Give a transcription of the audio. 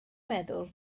meddwl